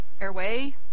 airway